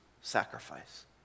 sacrifice